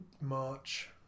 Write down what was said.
March